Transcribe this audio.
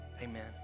amen